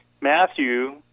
Matthew